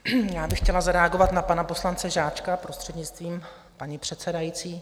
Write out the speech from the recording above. Já bych chtěla zareagovat na pana poslance Žáčka, prostřednictvím paní předsedající.